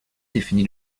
définit